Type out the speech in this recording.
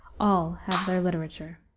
all have their literature.